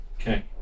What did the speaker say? Okay